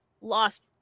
lost